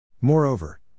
Moreover